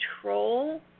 control